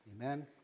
Amen